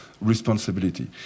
responsibility